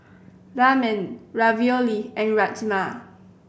Ramen Ravioli and Rajma